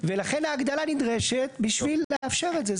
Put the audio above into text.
ולכן ההגדלה נדרשת בשביל לאפשר את זה.